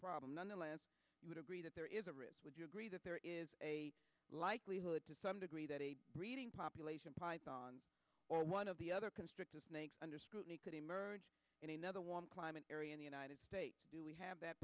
problem nonetheless you would agree that there is a risk would you agree that there is a likelihood to some degree that a reading population python or one of the other constrictor snakes under scrutiny could emerge in another warm climate area in the united states do we have that